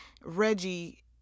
Reggie